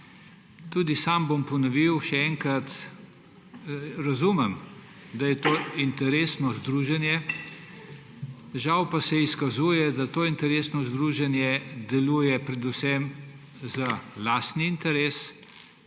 tudi sam bom še enkrat ponovil, razumem, da je to interesno združenje, žal pa se izkazuje, da to interesno združenje deluje predvsem za lastni interes,